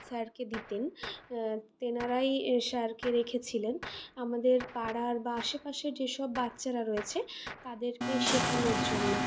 স্যারকে দিতেন তেনারাই স্যারকে রেখেছিলেন আমাদের পাড়ার বা আশেপাশের যেসব বাচ্চারা রয়েছে তাদেরকে শেখানোর জন্য